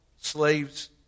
slaves